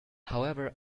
however